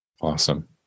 Awesome